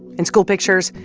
in school pictures,